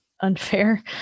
unfair